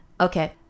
Okay